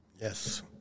Yes